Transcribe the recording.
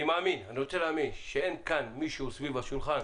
רוצה להאמין שאין כאן סביב השולחן